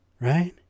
right